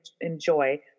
enjoy